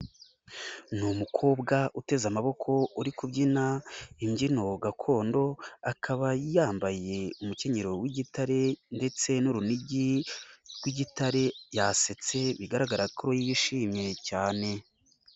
Ni umukobwa uteze amaboko uri kubyina imbyino gakondo, akaba yambaye umukenyero w'igitare ndetse n'urunigi rw'igitare, yasetse bigaragara ko yishimye cyane.